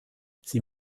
sie